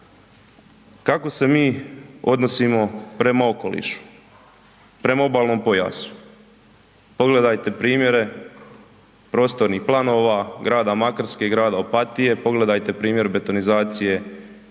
Kako se mi odnosimo prema okolišu, prema obalnom pojasu? Pogledajte primjere prostornih planova grada Makarske i grada Opatije, pogledajte primjer betonizacije